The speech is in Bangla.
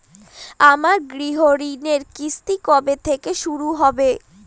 আমার গৃহঋণের কিস্তি কবে থেকে শুরু হবে?